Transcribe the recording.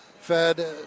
Fed